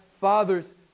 father's